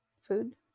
food